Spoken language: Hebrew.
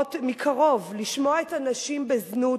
ולראות מקרוב ולשמוע את הנשים בזנות,